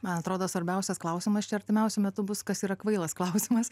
man atrodo svarbiausias klausimas čia artimiausiu metu bus kas yra kvailas klausimas